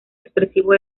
expresivo